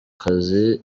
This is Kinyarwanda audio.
kazi